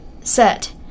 set